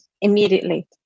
immediately